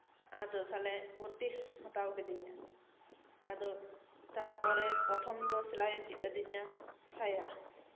ᱟᱫᱚ ᱛᱟᱦᱞᱮ ᱵᱷᱚᱛᱛᱤ ᱦᱟᱛᱟᱣ ᱠᱮᱫᱤᱧᱟᱹᱭ ᱛᱟᱨᱯᱚᱨᱮ ᱯᱨᱚᱛᱷᱚᱢ ᱫᱚ ᱥᱤᱞᱟᱹᱭᱮ ᱪᱮᱫ ᱟᱹᱫᱤᱧᱟ ᱥᱟᱭᱟ